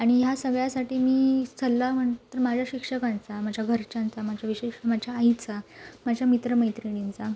आणि ह्या सगळ्यासाठी मी सल्ला म माझ्या शिक्षकांचा माझ्या घरच्यांचा माझ्या विशेष माझ्या आईचा माझ्या मित्रमैत्रिणींचा